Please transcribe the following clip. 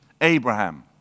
Abraham